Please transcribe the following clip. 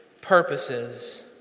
purposes